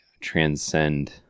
transcend